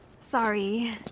Sorry